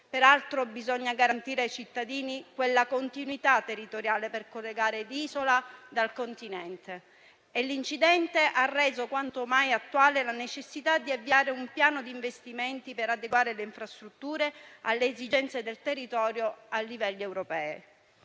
Peraltro bisogna garantire ai cittadini la continuità territoriale per collegare l'isola al continente e l'incidente ha reso quanto mai attuale la necessità di avviare un piano di investimenti per adeguare le infrastrutture alle esigenze del territorio a livelli europei.